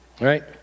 right